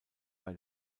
bei